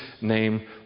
name